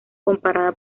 comparada